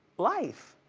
life.